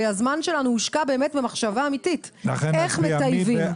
והזמן שלנו הושקע באמת במחשבה אמיתית איך מטייבים.